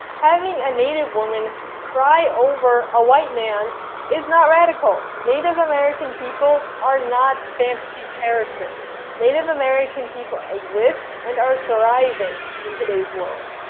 having a native woman cry over a white man is not radical. native american people are not fantasy characters. native american people exist and are thriving in today's world.